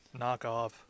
knockoff